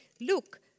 look